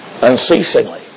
unceasingly